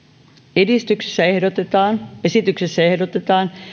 esityksessä ehdotetaan esityksessä ehdotetaan